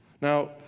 Now